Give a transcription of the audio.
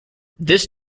this